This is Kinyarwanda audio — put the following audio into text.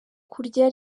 kurya